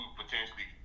potentially